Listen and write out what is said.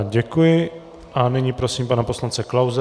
Děkuji a nyní prosím pana poslance Klause.